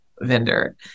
vendor